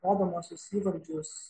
rodomuosius įvardžius